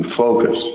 focus